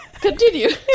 Continue